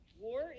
War